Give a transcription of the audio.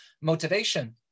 motivation